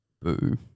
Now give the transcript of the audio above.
boo